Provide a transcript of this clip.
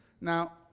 now